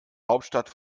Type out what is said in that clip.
hauptstadt